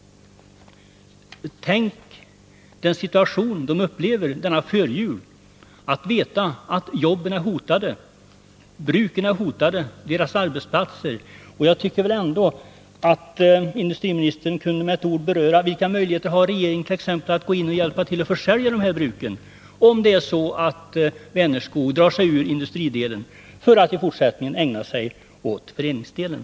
Tänk sig ini situationen för dessa människor, när de nu så här före jul vet att brukens existens och därmed deras arbetsplatser är hotade. Jag tycker att industriministern med några ord kunde beröra vilka möjligheter regeringen har att t.ex. hjälpa till att försälja bruken, om Vänerskog drar sig ur industridelen för att i fortsättningen ägna sig åt föreningsdelen.